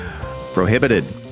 Prohibited